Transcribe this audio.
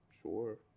sure